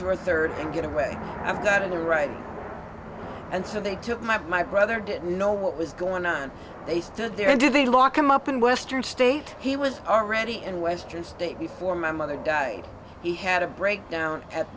your third and get away i've got on the right and so they took my my brother didn't know what was going on and they stood there and did the law come up in western state he was already in western state before my mother died he had a breakdown at